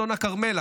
אסון הכרמל,